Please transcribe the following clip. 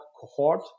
cohort